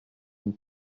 une